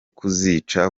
kuzica